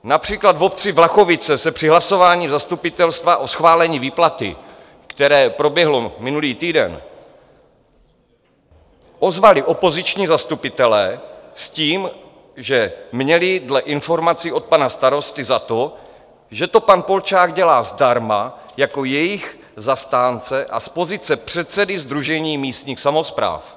Například v obci Vlachovice se při hlasování zastupitelstva o schválení výplaty, které proběhlo minulý týden, ozvali opoziční zastupitelé s tím, že měli dle informací od pana starosty za to, že to pan Polčák dělá zdarma jako jejich zastánce a z pozice předsedy Sdružení místních samospráv.